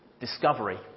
discovery